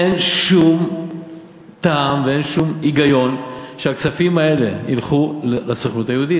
אין שום טעם ואין שום היגיון שהכספים האלה ילכו לסוכנות היהודית.